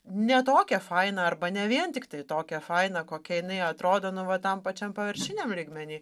ne tokia faina arba ne vien tiktai tokia faina kokia jinai atrodo nu va tam pačiam paviršiniam lygmeny